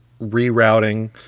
rerouting